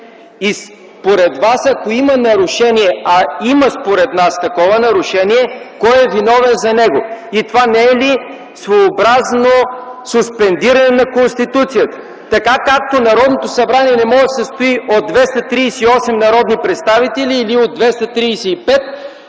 Според Вас, ако има нарушение, а според нас има такова нарушение, кой е виновен за него? Това не е ли своеобразно суспендиране на Конституцията? Както Народното събрание не може да се състои от 238 народни представители или от 235,